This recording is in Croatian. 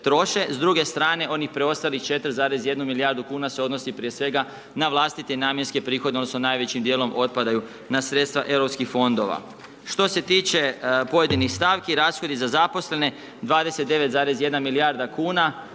S druge strane oni preostalih 4,1 milijardu kn, se odnosi, prije svega, na vlastite namjenske prihode, odnosno, najvećim dijelom otpadaju na sredstva europskih fondova. Što se tiče pojedinih stavki, rashodi za zaposlene 29,1 milijarda kn,